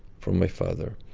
from my father.